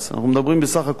אנחנו מדברים בסך הכול